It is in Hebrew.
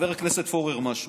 חבר הכנסת פורר, משהו.